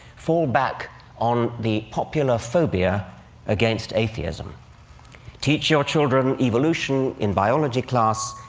fall back on the popular phobia against atheism teach your children evolution in biology class,